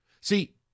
See